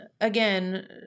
again